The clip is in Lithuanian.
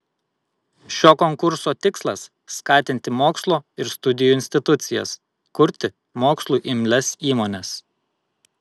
šio konkurso tikslas skatinti mokslo ir studijų institucijas kurti mokslui imlias įmones